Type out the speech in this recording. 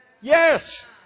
Yes